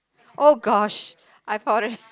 oh gosh I thought it